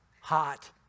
hot